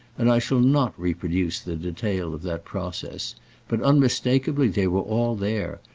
and i shall not reproduce the detail of that process but unmistakeably they were all there,